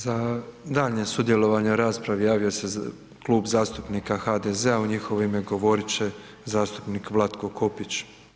Za daljnje sudjelovanje u raspravi javio se Klub zastupnika HDZ-a, u njihovo ime govoriti će zastupnik Vlatko Kopić.